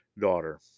daughter